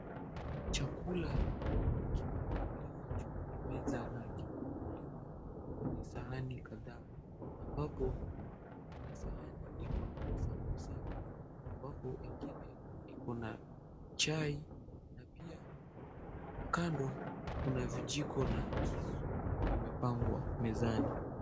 Chakula kimepakuliwa juu ya meza na kimepakuliwa kwenye sahani kadhaa ambapo 𝑘𝑢𝑛𝑎 𝑠ahani iko na sambusa na 𝑎𝑚𝑏𝑎𝑏𝑜 ingine iko na chai na pia kando kuna vijiko na kisu vimepangwa mezani.